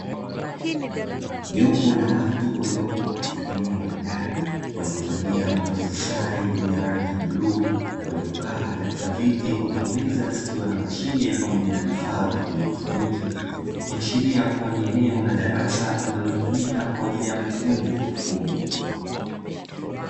Jopo la watu waliopo katika eneo la ndani waliovalia mavazi sare yenye rangi ya bluu, walio kaa katika viti huku meza zikiwa na mashine na vifaa vya kieloktroniki; ikiashiria ni eneo la darasa linalotumika kwa ajili ya mafunzo ya kiufundi.